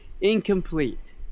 incomplete